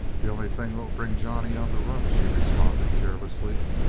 the only thing that'll bring johnny on the run, she responded carelessly.